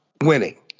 winning